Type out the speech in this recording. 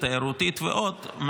התיירותית ועוד,